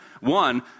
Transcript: one